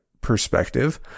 perspective